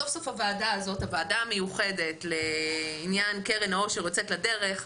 סוף-סוף הוועדה המיוחדת לעניין קרן העושר יוצאת לדרך,